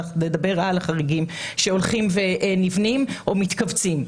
לדבר על החריגים שהולכים ונבנים או מתכווצים.